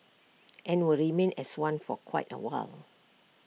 and will remain as one for quite A while